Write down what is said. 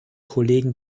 kollegen